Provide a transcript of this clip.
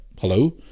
Hello